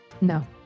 No